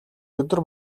өдөр